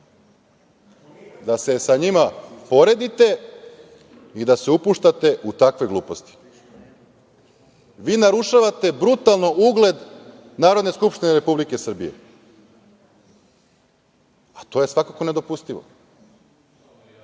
da se sa njima poredite i da se upuštate u takve gluposti. Vi narušavate brutalno ugled Narodne skupštine Republike Srbije, a to je svakako nedopustivo.